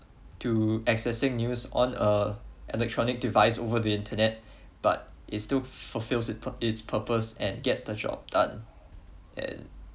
to accessing news on a electronic device over the internet but it still fulfill it's purpose and gets the job done